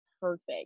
perfect